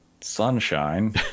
sunshine